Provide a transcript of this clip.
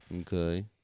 Okay